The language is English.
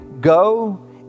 Go